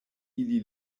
ili